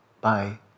bye